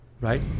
right